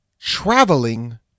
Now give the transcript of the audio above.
traveling